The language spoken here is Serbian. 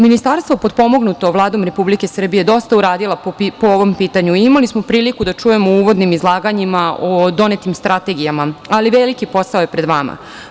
Ministarstvo potpomognuto Vladom Republike Srbije dosta je uradilo po ovom pitanju i imali smo priliku da čujemo u uvodnim izlaganjima o donetim strategijama, ali veliki posao je pred vama.